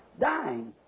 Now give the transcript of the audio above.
dying